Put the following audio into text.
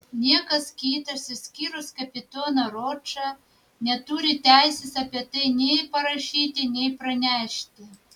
niekas kitas išskyrus kapitoną ročą neturi teisės apie tai nei parašyti nei pranešti